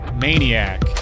maniac